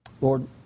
Lord